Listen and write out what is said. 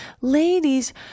ladies